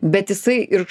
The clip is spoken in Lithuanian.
bet jisai ir š